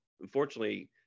unfortunately